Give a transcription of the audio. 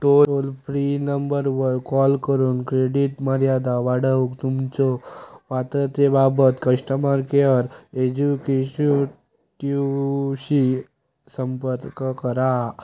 toll free नंबरवर call करून credit मर्यादा वाढवूक तुमच्यो पात्रतेबाबत कस्टमर केअर एक्झिक्युटिव्हशी संपर्क करा